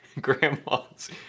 grandma's